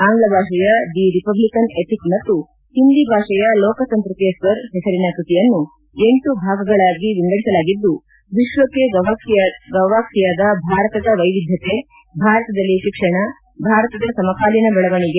ಆಂಗ್ಲ ಭಾಷೆಯ the republican ethic ಮತ್ತು ಹಿಂದಿ ಭಾಷೆಯ ಲೋಕತಂತ್ರ ಕೆ ಸ್ವರ್ ಹೆಸರಿನ ಕೃತಿಯನ್ನು ಎಂಟು ಭಾಗಗಳಾಗಿ ವಿಂಗಡಿಸಲಾಗಿದ್ದು ವಿಶ್ವಕ್ಕೆ ಗವಾಕ್ಸಿಯಾದ ಭಾರತದ ವೈವಿಧ್ಯತೆ ಭಾರತದಲ್ಲಿ ಶಿಕ್ಷಣ ಭಾರತದ ಸಮಕಾಲೀನ ಬೆಳವಣಿಗೆ